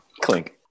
Clink